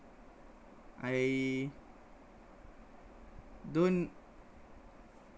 I don't